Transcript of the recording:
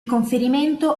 conferimento